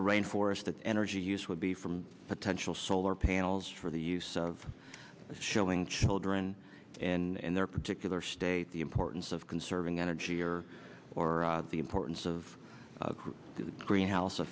a rain forest the energy use would be from potential solar panels for the use of showing children and their particular state the importance of conserving energy or or the importance of the greenhouse